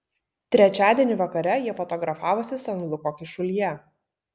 trečiadienį vakare jie fotografavosi san luko kyšulyje